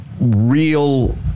real